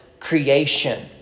Creation